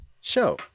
show